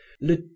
le